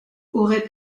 aurait